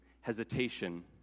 hesitation